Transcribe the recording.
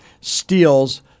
steals